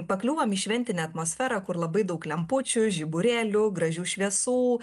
pakliūvam į šventinę atmosferą kur labai daug lempučių žiburėlių gražių šviesų